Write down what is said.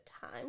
time